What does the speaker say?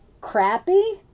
crappy